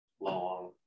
long